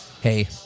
Hey